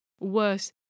Worse